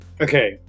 Okay